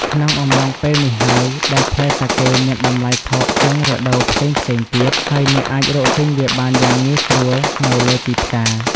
ក្នុងអំឡុងពេលនេះហើយដែលផ្លែសាកេមានតម្លៃថោកជាងរដូវផ្សេងៗទៀត ហើយអ្នកអាចរកទិញវាបានយ៉ាងងាយស្រួលនៅលើទីផ្សារ។